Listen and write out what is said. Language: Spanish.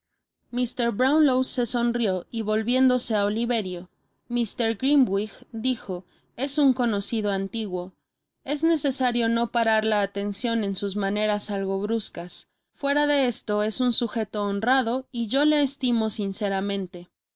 mr brownlow se sonrió y volviéndose á oliveriomr grimwigdijoes un conocido antiguo es necesario no parar la atencion en sus maneras algo bruscas fuera de esto es un sujeto honrado y yo le estimo sinceramente mandais que